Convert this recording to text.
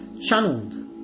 channeled